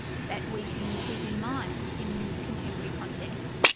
that we can keep in mind in contemporary contexts,